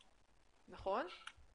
נכון?